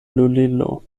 lulilo